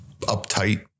uptight